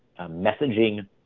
messaging